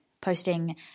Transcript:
posting